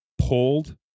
pulled